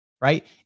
right